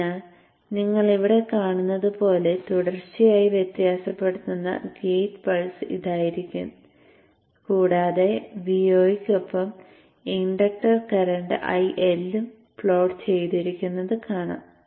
അതിനാൽ നിങ്ങൾ ഇവിടെ കാണുന്നത് പോലെ തുടർച്ചയായി വ്യത്യാസപ്പെടുന്ന ഗേറ്റ് പൾസ് ഇതായിരിക്കും കൂടാതെ Vo യ്ക്കൊപ്പം ഇൻഡക്ടർ കറന്റ് IL ഉം പ്ലോട്ട് ചെയ്തിരിക്കുന്നത് കാണാം